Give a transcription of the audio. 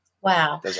Wow